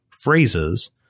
phrases